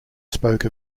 spoke